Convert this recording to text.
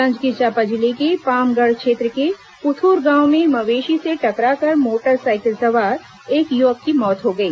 जांजगीर चांपा जिले के पामगढ़ क्षेत्र के क्थूर गांव में मवेशी से टकराकर मोटरसाइकिल सवार एक युवक की मौत हो गई